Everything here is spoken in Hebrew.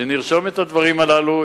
שנרשום את הדברים הללו.